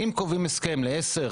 אם קובעים הסכם ל-10,